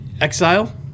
exile